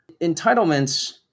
Entitlements